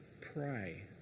pray